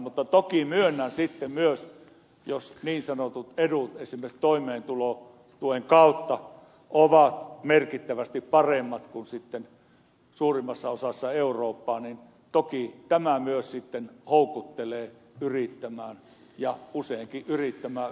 mutta toki myönnän sitten myös että jos niin sanotut edut esimerkiksi toimeentulotuen kautta ovat merkittävästi paremmat kuin suurimmassa osassa eurooppaa niin toki tämä myös sitten houkuttelee yrittämään ja usein yrittämään yhä uudestaan